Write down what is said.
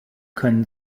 können